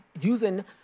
using